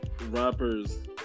rappers